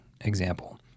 example